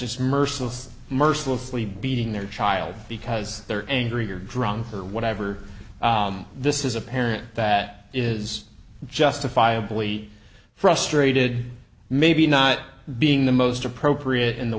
just merciless mercilessly beating their child because they're angry or drunk or whatever this is a parent that is justifiably frustrated maybe not being the most appropriate in the